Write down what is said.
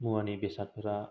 मुवानि बेसादफोरा